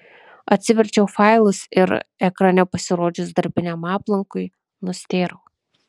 atsiverčiau failus ir ekrane pasirodžius darbiniam aplankui nustėrau